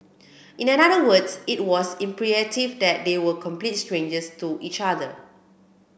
in another words it was imperative that they were complete strangers to each other